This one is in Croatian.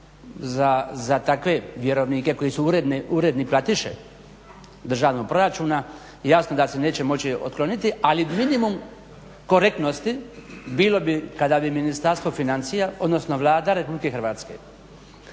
za takve vjerovnike koji su uredni platiše državnog proračuna jasno da se neće moći otkloniti ali minimum korektnosti bilo bi kada bi Ministarstvo financija odnosno Vlada RH tim